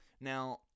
Now